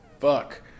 fuck